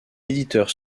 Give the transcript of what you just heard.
éditeur